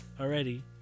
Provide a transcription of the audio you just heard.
already